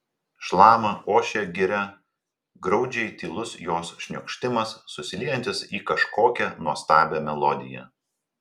šlama ošia giria graudžiai tylus jos šniokštimas susiliejantis į kažkokią nuostabią melodiją